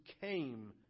came